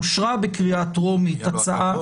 אושרה בקריאה טרומית הצעה.